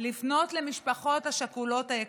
לפנות למשפחות השכולות היקרות.